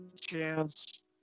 chance